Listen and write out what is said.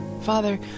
Father